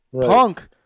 Punk